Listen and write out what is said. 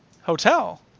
hotel